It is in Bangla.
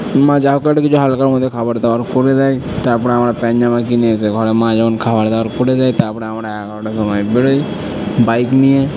মা যা হোক একটা কিছু হালকার মধ্যে খাবার দাবার করে দেয় তারপর আমরা প্যান্ট জামা কিনে এসে ঘরে মা যেমন খাবার দাবার করে দেয় তারপর আমরা এগারোটার সময় বেরোই বাইক নিয়ে